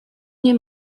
nie